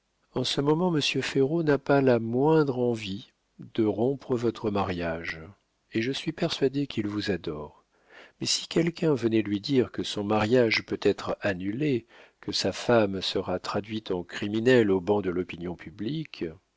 en ce moment monsieur ferraud n'a pas la moindre envie de rompre votre mariage et je suis persuadé qu'il vous adore mais si quelqu'un venait lui dire que son mariage peut être annulé que sa femme sera traduite en criminelle au banc de l'opinion publique